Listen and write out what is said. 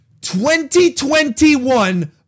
2021